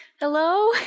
hello